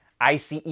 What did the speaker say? ICE